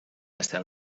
estel